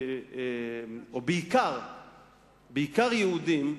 בעיקר יהודים,